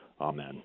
Amen